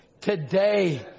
today